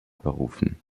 berufen